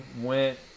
went